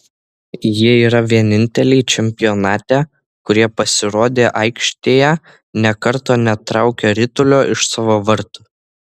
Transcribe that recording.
jie yra vieninteliai čempionate kurie pasirodę aikštėje nė karto netraukė ritulio iš savo vartų